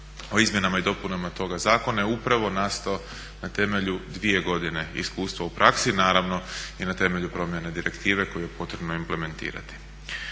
o Izmjenama i dopunama toga Zakona je upravo nastao na temelju 2 godine iskustva u praksi, naravno i na temelju promjene direktive koju je potrebno implementirati.